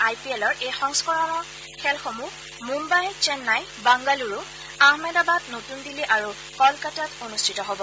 আই P L ৰ এই সংস্কৰণৰ খেলসমূহ মুম্বাই চেন্নাই বাগালুৰু আহমেদাবাদ নতুন দিল্লী আৰু কলকাতাত অনুষ্ঠিত হ'ব